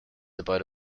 about